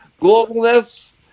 globalness